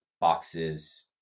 boxes